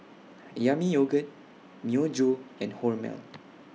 Yami Yogurt Myojo and Hormel